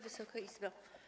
Wysoka Izbo!